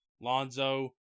Lonzo